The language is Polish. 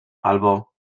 albo